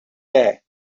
day